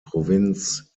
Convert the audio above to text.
provinz